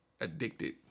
addicted